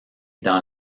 dans